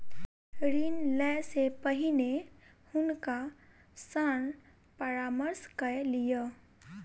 ऋण लै से पहिने हुनका सॅ परामर्श कय लिअ